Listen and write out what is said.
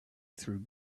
through